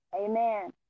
Amen